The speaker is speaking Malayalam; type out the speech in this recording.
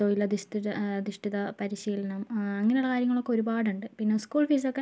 തൊഴിലധിഷ്തിത അധിഷ്ഠിത പരിശീലനം അങ്ങനെയുള്ള കാര്യങ്ങളൊക്കെ ഒരുപാടുണ്ട് പിന്നെ സ്കൂൾ ഫീസ് ഒക്കെ